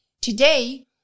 Today